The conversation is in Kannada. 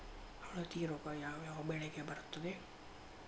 ಹಳದಿ ರೋಗ ಯಾವ ಯಾವ ಬೆಳೆಗೆ ಬರುತ್ತದೆ?